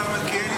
השר מלכיאלי,